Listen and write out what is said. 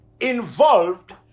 involved